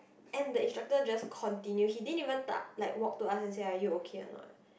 and the instructor just continue he didn't even t~ like walk to us and say are you okay or not